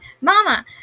Mama